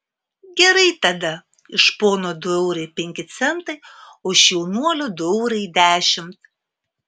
gerai tada iš pono du eurai penki centai o iš jaunuolio du eurai dešimt